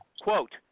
Quote